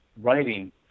writing